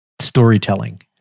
storytelling